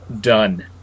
done